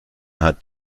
hat